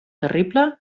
terrible